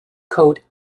coat